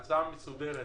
הצעה מסודרת